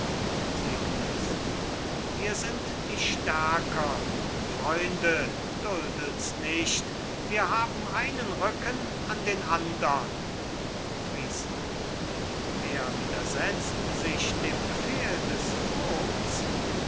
wir sind die stärkern freunde duldet's nicht wir haben einen rücken an den andern friesshardt wer widersetzt sich dem befehl des vogts